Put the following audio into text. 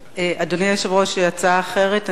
לשאול, אדוני היושב-ראש, הצעה אחרת.